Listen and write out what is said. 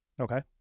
Okay